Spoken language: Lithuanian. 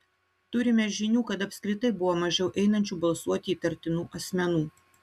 turime žinių kad apskritai buvo mažiau einančių balsuoti įtartinų asmenų